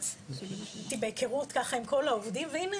הייתי בהיכרות עם כל העובדות והנה,